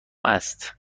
است